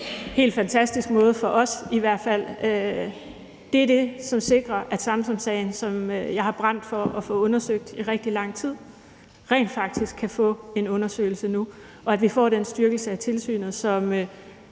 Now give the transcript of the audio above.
helt fantastisk måde, for os i hvert fald. Det er det, som sikrer, at Samsamsagen, som jeg har brændt for at få undersøgt i rigtig lang tid, rent faktisk kan få en undersøgelse nu, og at vi får den styrkelse af tilsynet, som